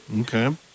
Okay